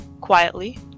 quietly